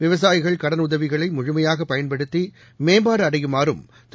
விவசாயிகள் கடன் உதவிகளை முழுமையாக பயன்படுத்தி மேம்பாடு அடையுமாறும் திரு